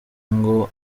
ngo